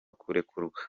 kurekurwa